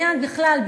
בכלל,